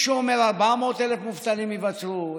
יש מי שאומר ש-400,000 מובטלים ייווצרו,